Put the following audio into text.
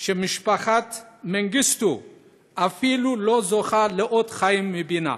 משפחת מנגיסטו אפילו לא זוכה לקבלת אות חיים מבנה.